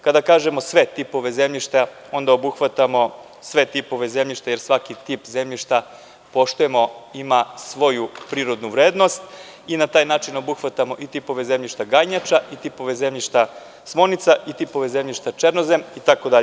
Kada kažemo sve tipove zemljišta, onda obuhvatamo sve tipove zemljišta jer svaki tip zemljišta poštujemo i ima svoju prirodnu vrednost i na taj način obuhvatamo i tipove zemljišta ganjača i tipove zemljišta smonica i tipove zemljišta černozem itd.